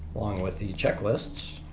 along with the checklists